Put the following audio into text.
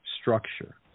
structure